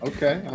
Okay